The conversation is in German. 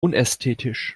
unästhetisch